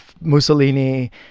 Mussolini